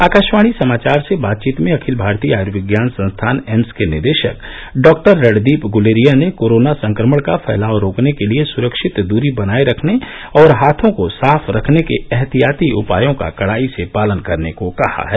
आकाशवाणी समाचार से बातचीत में अखिल भारतीय आयुर्विज्ञान संस्थान एम्स के निदेशक डॉक्टर रणदीप गुलेरिया ने कोरोना संक्रमण का फैलाव रोकने के लिये स्रक्षित दूरी बनाये रखने और हाथों को साफ रखने के एहतियाती उपायों का कड़ाई से पालन करने को कहा है